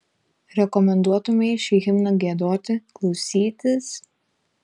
rekomenduotumei šį himną giedoti klausytis